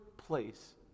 place